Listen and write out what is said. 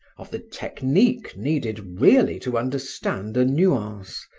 of the technique needed really to understand a nuance,